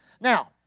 Now